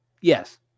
Yes